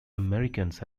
americans